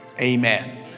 Amen